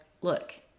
look